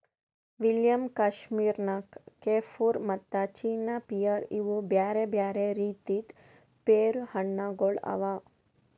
William, Kashmir Nakh, Kieffer ಮತ್ತ China pear ಇವು ಬ್ಯಾರೆ ಬ್ಯಾರೆ ರೀತಿದ್ ಪೇರು ಹಣ್ಣ ಗೊಳ್ ಅವಾ